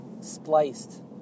spliced